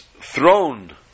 throne